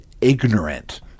ignorant